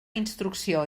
instrucció